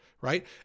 right